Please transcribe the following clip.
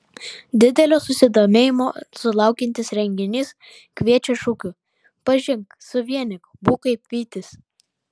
didelio susidomėjimo sulaukiantis renginys kviečia šūkiu pažink suvienyk būk kaip vytis